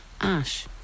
ash